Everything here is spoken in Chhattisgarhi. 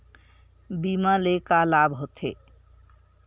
बीमा ले का लाभ होथे?